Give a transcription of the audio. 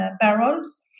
barrels